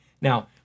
Now